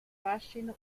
fascino